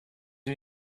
you